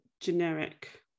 generic